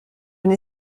n’ai